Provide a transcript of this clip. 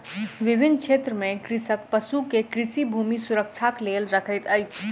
विभिन्न क्षेत्र में कृषक पशु के कृषि भूमि सुरक्षाक लेल रखैत अछि